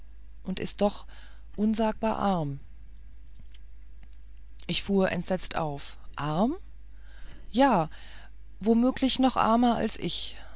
und ist doch unsagbar arm ich fuhr entsetzt auf arm ja womöglich noch armer als ich